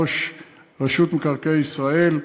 ראש רשות מקרקעי ישראל.